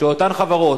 שאותן חברות,